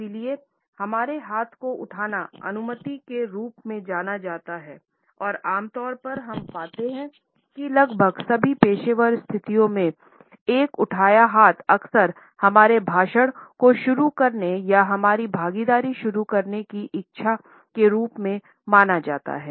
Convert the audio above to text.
इसलिए हमारे हाथ को उठाना अनुमति के रूप में जाना जाता है और आम तौर पर हम पाते हैं कि लगभग सभी पेशेवर स्थितियों में एक उठाया हाथ अक्सर हमारे भाषण को शुरू करने या हमारी भागीदारी शुरू करने की इच्छा के रूप में माना जाता है